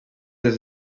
des